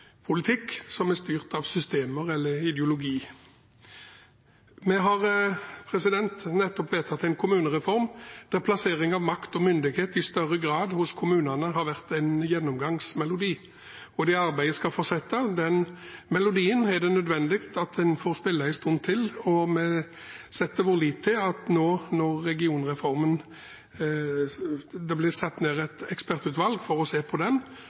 politikk som er styrt av systemer eller ideologi. Vi har nettopp vedtatt en kommunereform der plassering av makt og myndighet i større grad hos kommunene har vært en gjennomgangsmelodi, og det arbeidet skal fortsette. Den melodien er det nødvendig at en får spille en stund til. Vi setter vår lit til og tolker både opposisjon og posisjon slik at når det nå blir satt ned et ekspertutvalg for å se på